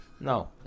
No